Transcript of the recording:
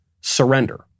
surrender